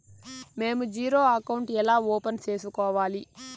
మేము zero account ఎలా open సేసుకోవాలి